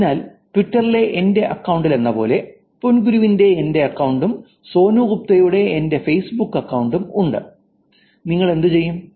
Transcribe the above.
അതിനാൽ ട്വിറ്ററിലെ എന്റെ അക്കൌണ്ടിലെന്നപോലെ പോങ്കുരുവിന്റെ എന്റെ അക്കൌണ്ടും സോനു ഗുപ്തയുടെ എന്റെ ഫേസ്ബുക്ക് അക്കൌണ്ടും ഉണ്ട് നിങ്ങൾ എന്തുചെയ്യും